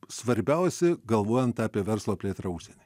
svarbiausi galvojant apie verslo plėtrą užsieny